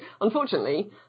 unfortunately